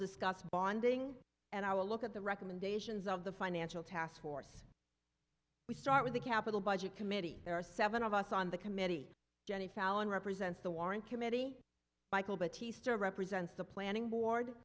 discuss bonding and i will look at the recommendations of the financial task force we start with the capital budget committee there are seven of us on the committee jenny fallon represents the warren committee michael battista represents the planning board